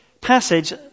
passage